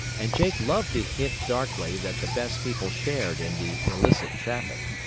and jake loved to hint darkly that the best people shared in the illicit traffic.